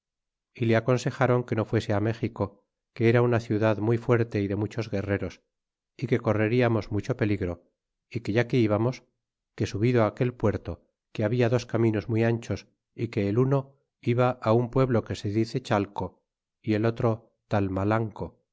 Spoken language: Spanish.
y le aconsejron que no fuese méxico que era una ciudad muy fuerte y de muchos guerreros y que correriamos mucho peligro é que ya que íbamos que subido aquel puerto que babia dos caminos muy anchos y que el uno iba un pueblo que se dice chalco y que el